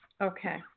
Okay